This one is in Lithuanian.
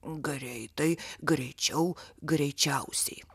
greitai greičiau greičiausiai